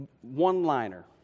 one-liner